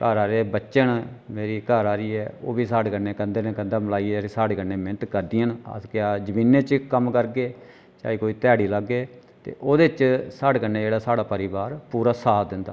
घर आह्ले बच्चे न मेरी घर आह्ली ऐ उब्भी साढ़े कन्नै कंधे नै कंधा मलाइयै जेह्ड़ी साढ़े कन्नै मेह्नत करदियां न अस क्या जमीनें च कम्म करगे चाहे कोई ध्याड़ी लाह्गे ते ओह्दे च साढ़े कन्नै साढ़ा जेह्ड़ा पूरा परोआर साथ दिंदा